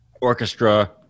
orchestra